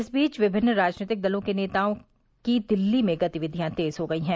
इस बीच विभिन्न राजनीतिक दलों के नेताओं की दिल्ली में गतिविधियां तेज हो गई हैं